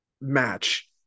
match